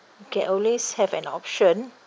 can always have an option